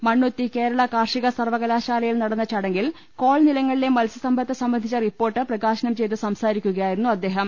മണ്ണുത്തി കേരള കാർഷിക സർവകലാശാലയിൽ നടന്ന ചടങ്ങിൽ കോൾ നിലങ്ങളിലെ മത്സ്യസമ്പത്ത് സംബന്ധിച്ച റിപ്പോർട്ട് പ്രകാശനം ചെയ്തു സംസാരിക്കുകയായിരുന്നു അദ്ദേ ഹം